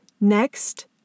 Next